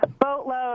Boatload